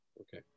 Okay